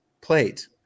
plate